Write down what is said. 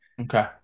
Okay